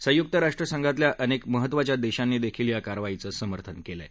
संयुक्त राष्ट्रसंघातल्या अनेक महत्त्वाच्या देशांनीही या कारवाईचं समर्थन केलं आहे